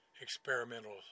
experimental